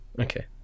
okay